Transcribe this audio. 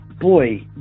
Boy